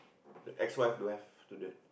the ex wife don't have student